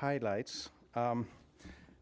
highlights i